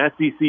SEC